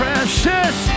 Precious